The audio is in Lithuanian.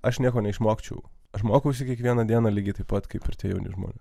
aš nieko neišmokčiau aš mokausi kiekvieną dieną lygiai taip pat kaip ir tie jauni žmonės